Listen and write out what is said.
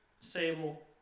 Sable